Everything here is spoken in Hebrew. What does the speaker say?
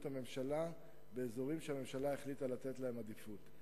הממשלה באזורים שהממשלה החליטה לתת להם עדיפות,